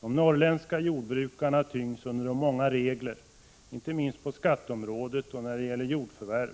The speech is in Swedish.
De norrländska jordbrukarna tyngs under de många reglerna, inte minst på skatteområdet och när det gäller jordförvärv,